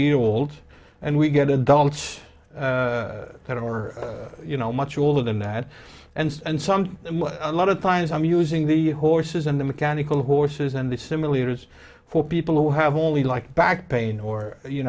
year old and we get adults that or you know much older than that and and something a lot of times i'm using the horses and the mechanical horses and the simulators for people who have only like back pain or you